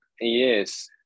Yes